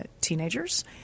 teenagers